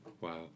Wow